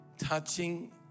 touching